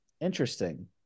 Interesting